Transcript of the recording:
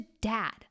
dad